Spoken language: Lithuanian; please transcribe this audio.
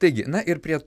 taigi na ir prie